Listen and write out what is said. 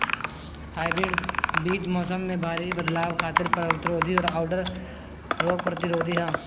hybrid बीज मौसम में भारी बदलाव खातिर प्रतिरोधी आउर रोग प्रतिरोधी ह